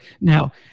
Now